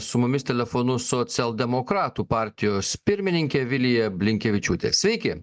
su mumis telefonu socialdemokratų partijos pirmininkė vilija blinkevičiūtė sveiki